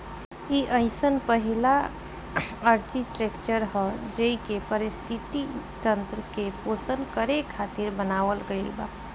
इ अइसन पहिला आर्कीटेक्चर ह जेइके पारिस्थिति तंत्र के पोषण करे खातिर बनावल गईल बा